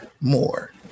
more